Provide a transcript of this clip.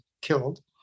killed